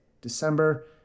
December